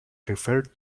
referred